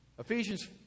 Ephesians